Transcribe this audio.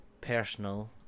personal